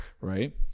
right